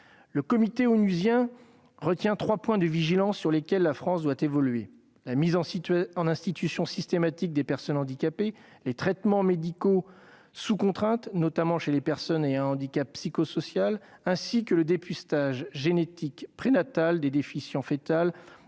Le Comité onusien retient trois points de vigilance sur lesquels la France doit évoluer : le placement systématique en institution des personnes handicapées ; les traitements médicaux sous contrainte, notamment chez les personnes ayant un handicap psychosocial ; le dépistage génétique prénatal des déficiences foetales,